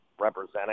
representing